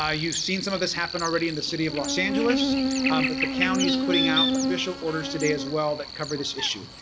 ah you've seen some of this happen already in the city of los angeles but the county is putting out official orders today as well that cover this issue.